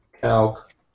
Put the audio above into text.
calc